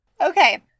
Okay